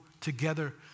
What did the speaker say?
together